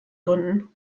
gründen